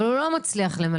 אבל הוא לא מצליח למלא.